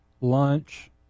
lunch